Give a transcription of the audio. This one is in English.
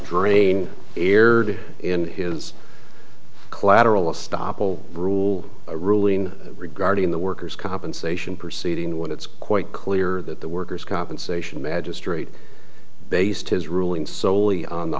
drain erred in his collateral estoppel rule a ruling regarding the workers compensation proceeding when it's quite clear that the workers compensation magistrate based his ruling solely on the